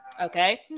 Okay